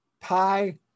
pi